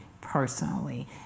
personally